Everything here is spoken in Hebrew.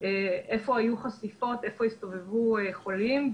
איפה היו חשיפות ואיפה הסתובבו חולים.